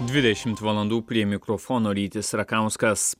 dvidešimt valandų prie mikrofono rytis rakauskas